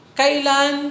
kailan